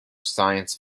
science